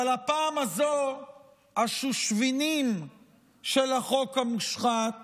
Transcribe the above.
אבל הפעם הזו השושבינים של החוק המושחת